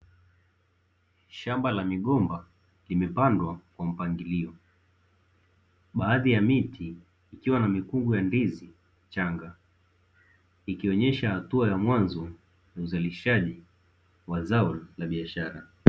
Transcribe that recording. Shamba la migomba limepandwa kwa mpangilio, baadhi ya miti ikiwa na mikungu ya ndizi changa, ikionyesha hatua ya mwanzo ya uzalishaji wa zao la biashara.